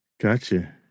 Gotcha